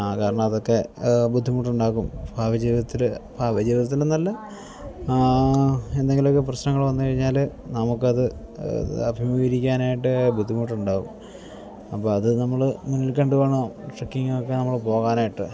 കാരണം അതൊക്കെ ബുദ്ധിമുട്ടുണ്ടാക്കും ഭാവിജീവിതത്തിൽ ഭാവി ജീവിതത്തിനെന്നല്ല എന്തെങ്കിലുമൊക്കെ പ്രശ്നങ്ങൾ വന്നു കഴിഞ്ഞാൽ നമുക്കത് അത് അഭിമുഖീകരിക്കാനായിട്ട് ബുദ്ധിമുട്ടുണ്ടാകും അപ്പോൾ അതു നമ്മൾ മുന്നിൽ കണ്ടുവേണം ട്രക്കിങ്ങൊക്കെ നമ്മൾ പോകാനായിട്ട്